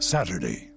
Saturday